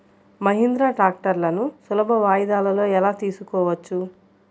మహీంద్రా ట్రాక్టర్లను సులభ వాయిదాలలో ఎలా తీసుకోవచ్చు?